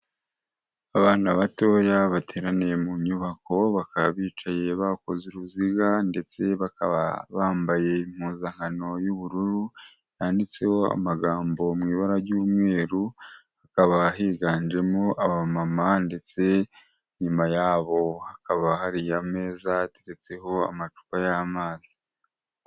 Abana batoya bateraniye mu nyubako bakaba bicaye bakoze uruziga ndetse bakaba bambaye impuzankano y'ubururu yanditseho amagambo mu ibara ry'umweru hakaba higanjemo abamama ndetse inyuma yabo hakaba hari imeza hateretseho amacupa y'amazi.